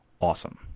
awesome